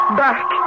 back